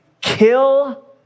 kill